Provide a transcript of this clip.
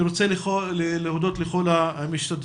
אני רוצה להודות לכל המשתתפים,